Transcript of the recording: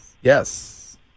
Yes